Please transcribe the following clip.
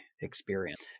experience